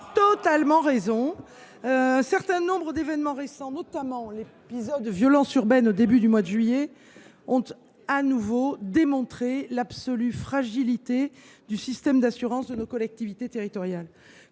Nous voilà rassurés ! Un certain nombre d’événements récents, notamment l’épisode de violences urbaines au début du mois de juillet dernier, ont de nouveau démontré l’absolue fragilité du système d’assurances de nos collectivités territoriales.